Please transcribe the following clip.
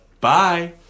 Bye